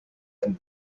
and